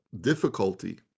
difficulty